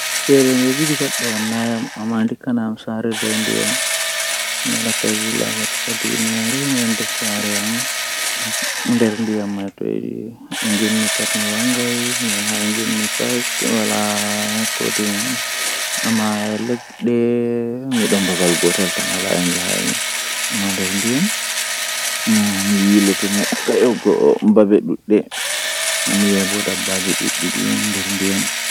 Ndikkinami mi nodda goddo mi wolda e maako dow mi yerba patakewol, Ngam tomi yerbi patakewol do mi wala tabitinaare dow o laari malla o laarai malla o naftiran malla o naftirta be mai, Amma tomin woldi e maako mi yecca mo haaje am mi nana haaje maako min dara min darna haala gotel ha dow komin yidi